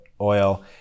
oil